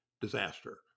disaster